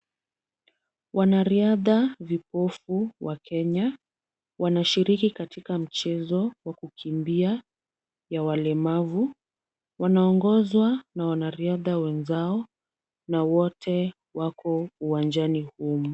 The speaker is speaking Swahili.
Wanariadha vipofu wa Kenya wanashiriki katika mchezo wa kukimbia ya walemavu. Wanaongozwa na wanariadha wenzao na wote wako uwanjani humu.